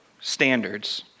standards